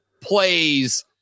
plays